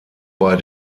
bei